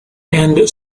and